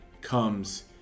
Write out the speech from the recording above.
comes